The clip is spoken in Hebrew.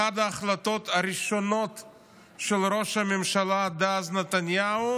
אחת ההחלטות של ראש הממשלה דאז נתניהו